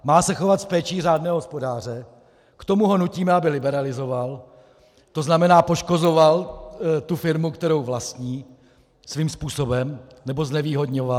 Má se chovat s péčí řádného hospodáře, a k tomu ho nutíme, aby liberalizoval, to znamená poškozoval tu firmu, kterou vlastní svým způsobem, nebo znevýhodňoval.